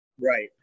right